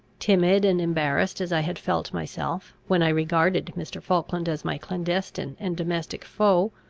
timid and embarrassed as i had felt myself, when i regarded mr. falkland as my clandestine and domestic foe,